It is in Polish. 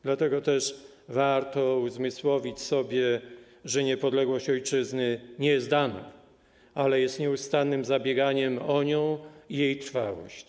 Dlatego też warto uzmysłowić sobie, że niepodległość ojczyzny nie jest dana, ale jest nieustannym zabieganiem o nią i jej trwałość.